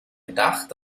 gedacht